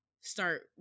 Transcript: start